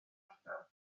ardal